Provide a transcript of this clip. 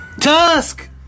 Tusk